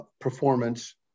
performance